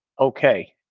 okay